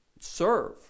Serve